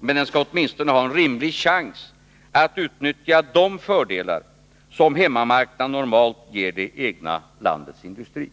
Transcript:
Men den skall åtminstone ha en rimlig chans att utnyttja de fördelar som hemmamarknaden normalt ger det egna landets industri.